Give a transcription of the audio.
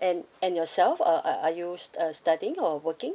and and yourself uh uh are you uh studying or working